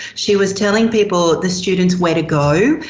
she was telling people, the students where to go.